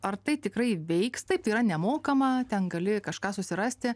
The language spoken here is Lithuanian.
ar tai tikrai veiks taip tai yra nemokama ten gali kažką susirasti